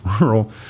rural